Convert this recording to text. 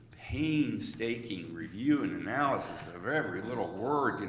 painstaking review and analysis of every little word. and